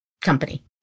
company